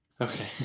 Okay